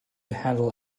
handle